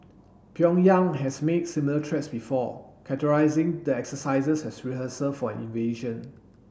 Pyongyang has made similar threats before characterising the exercises as rehearsals for invasion